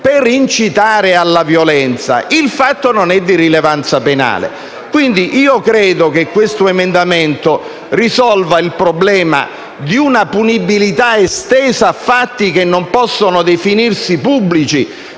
per incitare alla violenza, il fatto non è di rilevanza penale. Per tali motivi, ritengo che l'emendamento 1.401 risolva il problema di una punibilità estesa a fatti che non possono definirsi pubblici